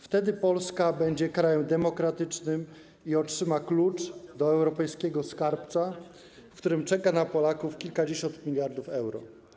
Wtedy Polska będzie krajem demokratycznym i otrzyma klucz do europejskiego skarbca, w którym czeka na Polaków kilkadziesiąt miliardów euro.